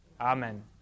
Amen